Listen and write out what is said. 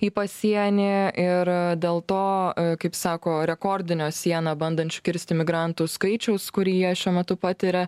į pasienį ir dėl to kaip sako rekordinio sieną bandančių kirsti migrantų skaičiaus kurį jie šiuo metu patiria